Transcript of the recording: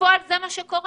בפועל זה מה שקורה.